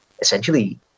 essentially